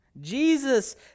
Jesus